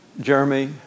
Jeremy